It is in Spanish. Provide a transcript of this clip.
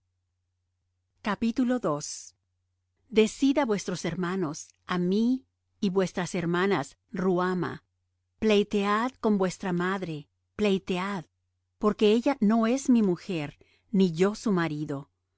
grande decid á vuestros hermanos ammi y vuestras hermanas ruhama pleitead con vuestra madre pleitead porque ella no es mi mujer ni yo su marido